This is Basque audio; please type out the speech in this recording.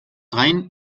gain